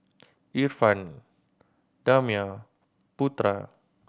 Irfan Damia Putra